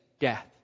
death